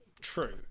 true